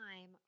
time